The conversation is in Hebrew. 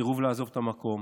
וסירוב לעזוב את המקום.